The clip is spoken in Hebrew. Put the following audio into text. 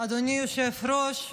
היושב-ראש,